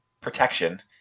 protection